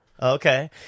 Okay